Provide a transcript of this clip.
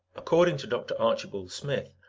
according to dr. archibald smith,